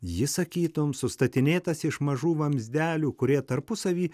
jis sakytum sustatinėtas iš mažų vamzdelių kurie tarpusavy